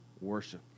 worship